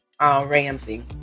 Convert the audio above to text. Ramsey